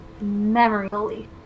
memory